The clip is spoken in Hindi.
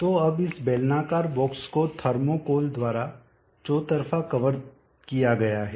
तो अब इस बेलनाकार बॉक्स को थर्मोकोल द्वारा चौतरफा कवर किया गया है